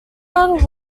not